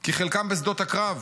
כי חלקם בשדות הקרב,